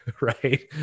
Right